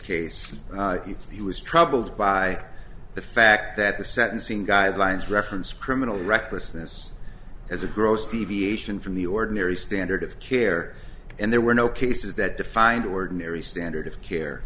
case he was troubled by the fact that the sentencing guidelines referenced criminal recklessness as a gross deviation from the ordinary standard of care and there were no cases that defined ordinary standard of